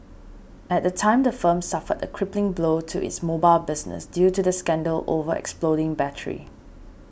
at the time the firm suffered a crippling blow to its mobile business due to the scandal over exploding batteries